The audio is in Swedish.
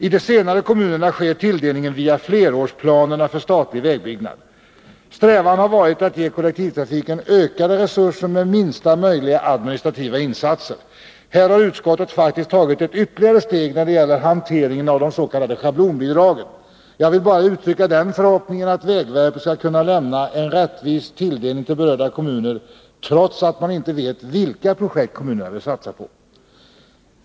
I de senare kommunerna sker tilldelningen via flerårsplanerna för statlig vägbyggnad. Strävan har varit att ge kollektivtrafiken ökade resurser med minsta möjliga administrativa insatser. Här har utskottet faktiskt tagit ett ytterligare steg när det gäller hanteringen av de s.k. schablonbidragen. Jag vill bara uttrycka den förhoppningen att vägverket skall kunna lämna en rättvis tilldelning till berörda kommuner, trots att man inte vet vilka projekt kommunerna vill satsa på.